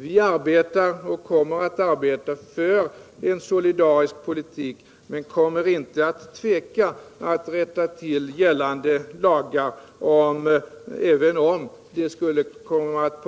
Vi arbetar och kommer att arbeta för en solidarisk politik, men vi kommer inte att tveka att rätta till gällande lagar även om det skulle komma att